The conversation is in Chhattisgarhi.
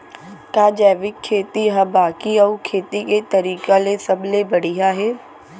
का जैविक खेती हा बाकी अऊ खेती के तरीका ले सबले बढ़िया हे?